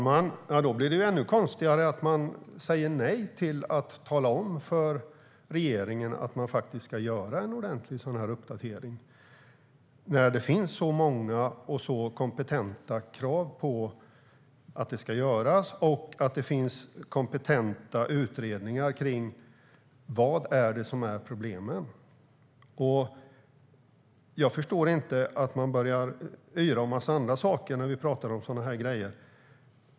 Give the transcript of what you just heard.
Herr talman! Då blir det ännu konstigare att man säger nej till att tala om för regeringen att man ska göra en ordentlig uppdatering. Det finns ju så många och kompetenta krav på att det ska göras, och det finns kompetenta utredningar av vad problemen är. Jag förstår inte att man börjar yra om en massa andra saker när vi talar om sådana här grejer.